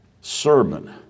sermon